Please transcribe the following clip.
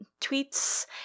tweets